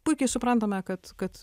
puikiai suprantame kad kad